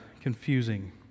confusing